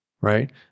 right